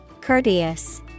Courteous